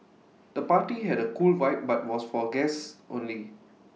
the party had A cool vibe but was for guests only